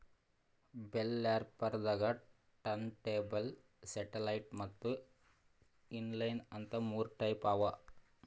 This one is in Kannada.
ಬೆಲ್ ರ್ಯಾಪರ್ ದಾಗಾ ಟರ್ನ್ಟೇಬಲ್ ಸೆಟ್ಟಲೈಟ್ ಮತ್ತ್ ಇನ್ಲೈನ್ ಅಂತ್ ಮೂರ್ ಟೈಪ್ ಅವಾ